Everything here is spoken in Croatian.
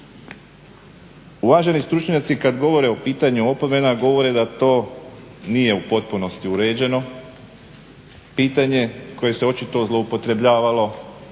Uvaženi stručnjaci kad govore o pitanju opomena govore da to nije u potpunosti uređeno, pitanje koje se očito zloupotrebljavalo